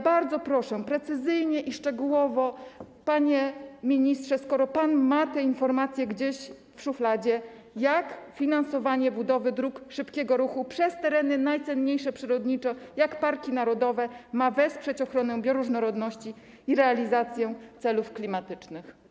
Bardzo proszę odpowiedzieć precyzyjnie i szczegółowo, panie ministrze, skoro pan ma te informacje gdzieś w szufladzie, jak finansowanie budowy dróg szybkiego ruchu biegnących przez tereny najcenniejsze przyrodniczo, jak parki narodowe, ma wesprzeć ochronę bioróżnorodności i realizację celów klimatycznych.